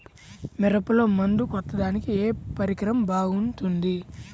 మిరపలో మందు కొట్టాడానికి ఏ పరికరం బాగుంటుంది?